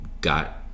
got